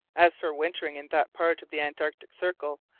as for wintering in that part of the antarctic circle,